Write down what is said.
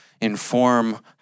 inform